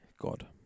god